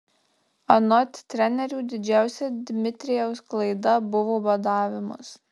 anot trenerių didžiausia dmitrijaus klaida buvo badavimas